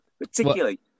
particularly